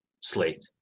slate